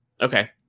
Okay